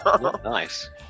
Nice